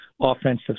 offensive